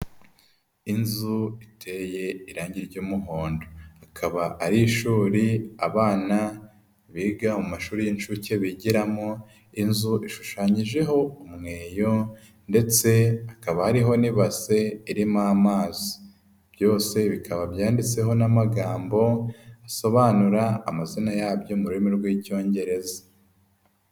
Inzu iteye irangi ry'umuhondo akaba ari ishuri abana biga mu mashuri y'inshuke bigiramo, inzu ishushanyijeho umweyo ndetse hakaba ariho n'ibase irimo amazi. Byose bikaba byanditseho n'amagambo asobanura amazina yabyo mu rurimi rw'icyongereza.